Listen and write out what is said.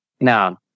Now